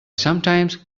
sometimes